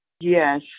Yes